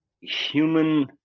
human